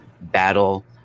battle